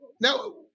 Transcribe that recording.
Now